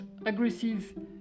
aggressive